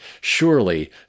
surely